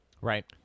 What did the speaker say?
Right